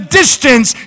distance